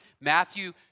Matthew